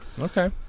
Okay